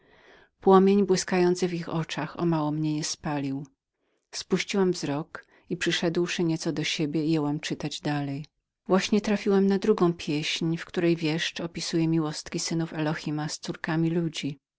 płomień niebieski błyskający w ich oczach zaledwie mnie nie spalił spuściłam wzrok i przyszedłszy nieco do siebie jęłam czytać dalej ale właśnie wpadłam na drugą pieśń tę samą gdzie wieszcz opisuje miłostki synów elohima z córkami ludzi